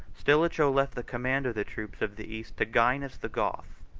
stilicho left the command of the troops of the east to gainas, the goth,